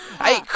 Hey